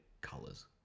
colors